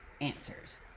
answers